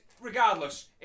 Regardless